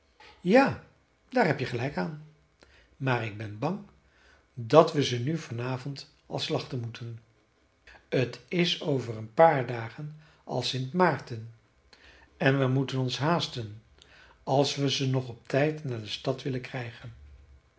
ja daar heb je gelijk aan maar ik ben bang dat we ze nu vanavond al slachten moeten t is over een paar dagen al st maarten en we moeten ons haasten als we ze nog op tijd naar de stad willen krijgen